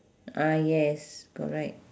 ah yes correct